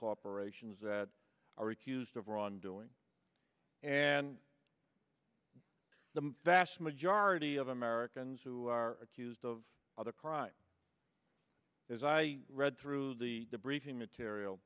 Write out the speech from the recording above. corporations that are accused of wrongdoing and the vast majority of americans who are accused of other crimes as i read through the debriefing material